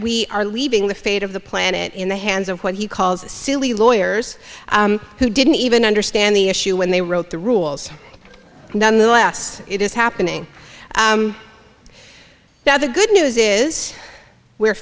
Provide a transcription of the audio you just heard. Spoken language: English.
we are leaving the fate of the planet in the hands of what he calls the silly lawyers who didn't even understand the issue when they wrote the rules nonetheless it is happening now the good news is we're